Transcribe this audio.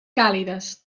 càlides